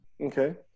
Okay